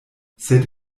sed